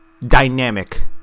dynamic